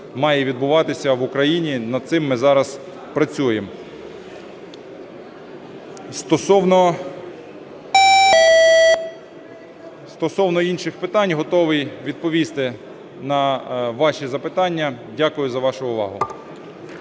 має відбуватися в Україні. Над цим ми зараз працюємо. Стосовно інших питань готовий відповісти на ваші запитання. Дякую за вашу увагу.